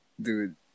Dude